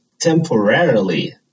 temporarily